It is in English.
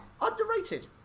underrated